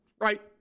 Right